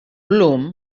bloom